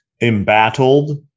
embattled